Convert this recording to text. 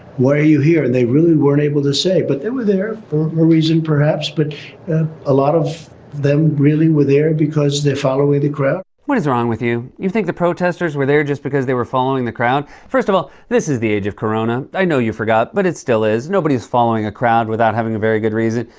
why are you here? and they really weren't able to say, but they were there for a reason, perhaps. but a lot of them really were there because they're following the crowd. what is wrong with you? you think the protesters were there just because they were following the crowd? first of all, this is the age of corona. i know you forgot, but it still is. nobody's following a crowd without having a very good reason.